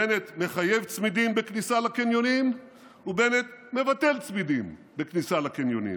בנט מחייב צמידים בכניסה לקניונים ובנט מבטל צמידים בכניסה לקניונים,